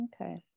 Okay